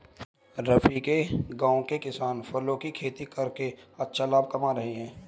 रफी के गांव के किसान फलों की खेती करके अच्छा लाभ कमा रहे हैं